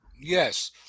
Yes